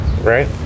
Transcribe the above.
right